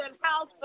house